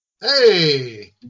Hey